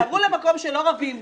תעברו למקום שלא רבים בו.